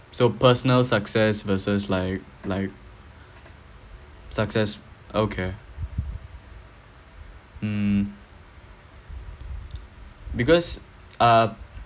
so personal success versus like like success okay mm because uh